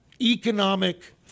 economic